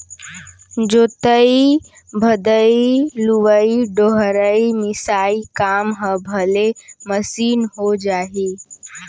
जोतइ भदई, लुवइ डोहरई, मिसाई काम ह भले मसीन हो जाही